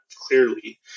clearly